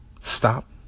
stop